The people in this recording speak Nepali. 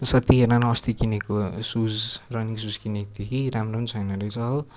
ओ साथी हेर न अस्ति किनेको सुज रनिङ सुज किनेको थिएँ कि राम्रो छैन रहेछ हो